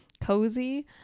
cozy